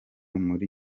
muri